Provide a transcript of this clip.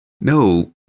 No